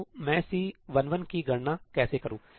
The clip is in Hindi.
तो मैं C11 की गणना कैसे करूं